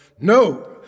no